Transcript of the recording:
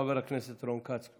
חבר הכנסת רון כץ,